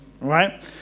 right